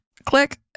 Click